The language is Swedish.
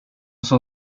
som